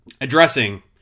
addressing